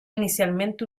inicialmente